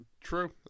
True